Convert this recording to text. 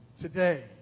Today